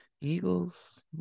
Eagles